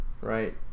right